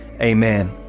Amen